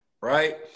right